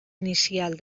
inicial